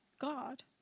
God